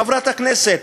חברת הכנסת,